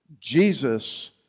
Jesus